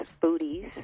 booties